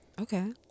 okay